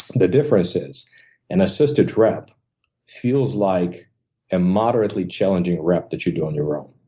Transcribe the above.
the difference is an assisted rep feels like a moderately challenging rep that you do on your own.